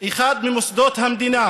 אחד ממוסדות המדינה